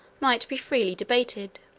might be freely debated